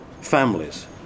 families